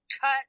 cut